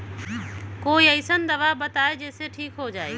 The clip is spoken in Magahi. कोई अईसन दवाई बताई जे से ठीक हो जई जल्दी?